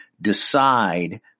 decide